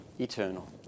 eternal